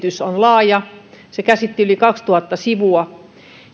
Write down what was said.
esitys on laaja se käsitti yli kaksituhatta sivua